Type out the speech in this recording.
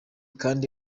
kandi